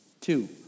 Two